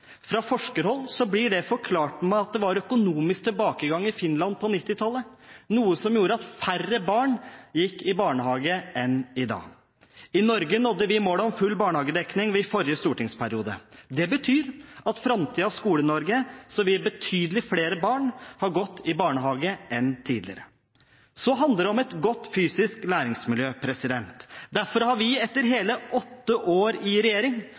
Fra forskerhold blir det forklart med at det var økonomisk tilbakegang i Finland på 1990-tallet, noe som gjorde at færre barn gikk i barnehage enn i dag. I Norge nådde vi målet om full barnehagedekning i forrige stortingsperiode. Det betyr at i framtidens Skole-Norge vil betydelig flere barn ha gått i barnehage enn tidligere. Så handler det om et godt fysisk læringsmiljø. Derfor har vi etter hele åtte år i regjering